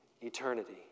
eternity